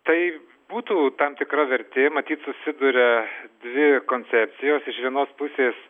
tai būtų tam tikra vertė matyt susiduria dvi koncepcijos iš vienos pusės